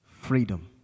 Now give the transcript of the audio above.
freedom